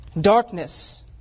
Darkness